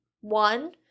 one